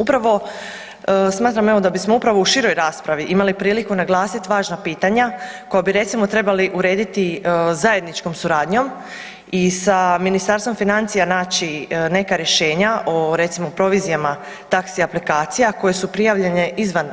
Upravo smatram evo da bismo upravo u široj raspravi imali priliku naglasit važna pitanja koja bi recimo trebali urediti zajedničkom suradnjom i sa Ministarstvom financija naći neka rješenja o recimo provizijama taxi aplikacija koje su prijavljene izvan